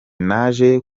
naje